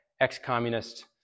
ex-communist